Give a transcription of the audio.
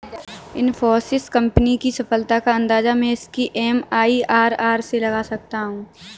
Infosys company की सफलता का अंदाजा मैं इसकी एम.आई.आर.आर से लगा सकता हूँ